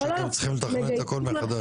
או שהם צריכים לתכנן את הכל מחדש?